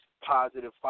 positive